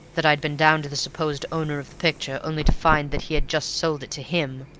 that i'd been down to the supposed owner of the picture, only to find that he had just sold it to him.